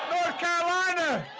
carolina